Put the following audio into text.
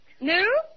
New